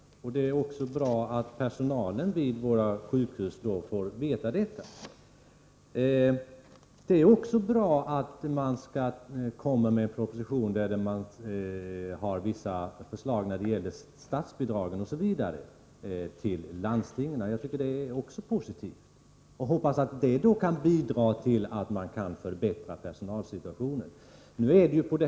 Det är också bra att personalen på våra sjukhus får veta det. Det är likaså positivt att den nämnda propositionen innehåller förslag om statsbidrag till landstingen. Jag hoppas att dessa medel kan bidra till en förbättrad personalsituation.